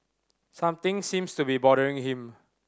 something seems to be bothering him